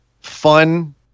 fun